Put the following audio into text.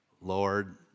Lord